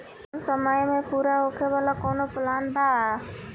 कम समय में पूरा होखे वाला कवन प्लान बा?